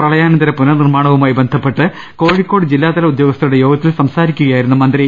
പ്രളയാനന്തര പുനർ നിർമാണവുമായി ബന്ധപ്പെട്ട് കോഴിക്കോട് ജില്ലാതല ഉദ്യോഗസ്ഥരുടെ യോഗത്തിൽ സംസാരിക്കുകയായിരുന്നു മന്ത്രി